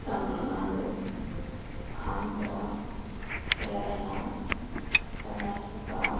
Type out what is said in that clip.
Tamil Nadu Andhra Kerala Karnataka